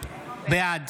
בעד